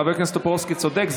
חבר הכנסת טופורובסקי צודק,